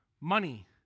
Money